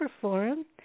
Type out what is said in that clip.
forum